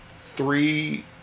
three